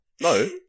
No